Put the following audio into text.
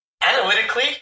analytically